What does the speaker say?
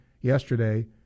yesterday